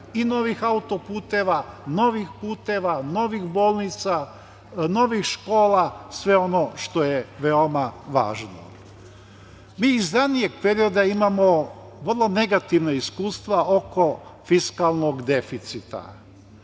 i novih autoputeva i novih puteva, novih bolnica, novih škola i sve ono što je veoma važno. Mi iz ranijeg perioda imamo vrlo negativna iskustva oko fiskalnog deficita.